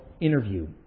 interview